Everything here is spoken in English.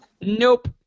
Nope